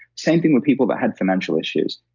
same thing with people that had financial issues.